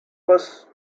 was